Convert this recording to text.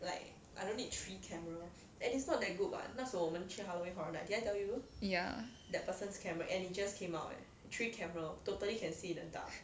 ya